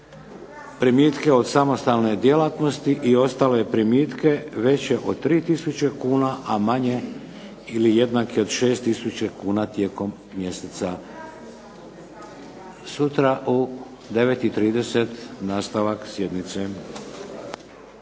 primitke od samostalne djelatnosti i ostale primitke veće od 3 tisuće kuna, a manje ili jednake od 6 tisuća kuna tijekom mjeseca. … /Govornica nije